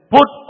Put